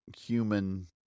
human